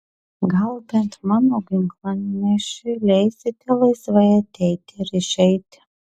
gal bent mano ginklanešiui leisite laisvai ateiti ir išeiti